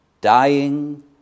Dying